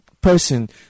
person